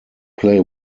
play